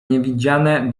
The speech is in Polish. niewidziane